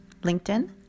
LinkedIn